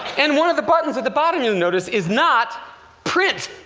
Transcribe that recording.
and one of the buttons at the bottom, you'll notice, is not print.